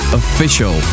official